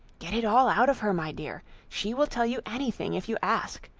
get it all out of her, my dear. she will tell you any thing if you ask.